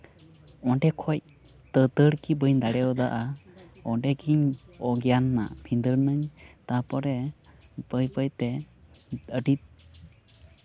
ᱚᱸᱰᱮ ᱠᱷᱚᱱ ᱫᱟᱹᱫᱟᱧᱲ ᱜᱮ ᱵᱟᱹᱧ ᱫᱟᱲᱮᱣᱟᱫᱟ ᱚᱸᱰᱮ ᱜᱤᱧ ᱚᱜᱽᱜᱮᱭᱟᱱᱼᱮᱱᱟ ᱵᱷᱤᱸᱫᱟᱹᱲᱱᱟᱹᱧ ᱛᱟᱯᱚᱨᱮ ᱵᱟᱹᱭ ᱵᱟᱹᱭ ᱛᱮ ᱟᱹᱰᱤ